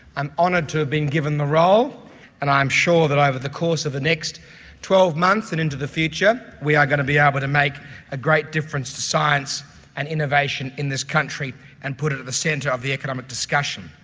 i'm honoured to have been given the role and i am sure that over the course of the next twelve months and into the future we are going to be able to make a great difference to science and innovation in this country and put it at the centre of the economic discussion.